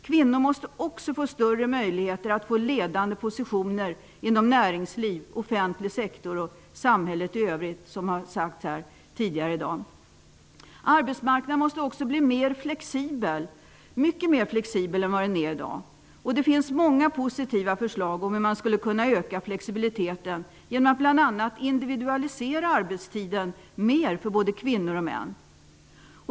Kvinnor måste också få större möjligheter att få ledande positioner inom näringsliv, offentlig sektor och samhället i övrigt, vilket har sagts här tidigare i dag. Arbetsmarknaden måste bli mycket mera flexibel än vad den är i dag. Det finns många positiva förslag om hur man skulle kunna öka flexibiliteten genom att bl.a. individualisera arbetstiden mera för både kvinnor och män.